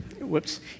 Whoops